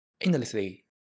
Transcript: endlessly